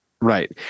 Right